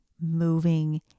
moving